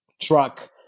truck